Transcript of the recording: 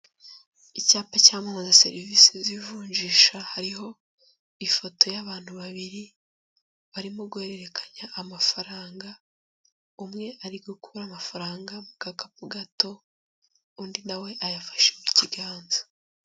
Icyapa cyamamaza serivisi z'ivunjisha, hariho ifoto y'abantu babiri, barimo guhererekanya amafaranga, umwe ari gukura amafaranga mu gakapu gato, undi na we ayafashe mu kiganza.